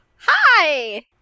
Hi